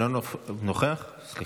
בבקשה.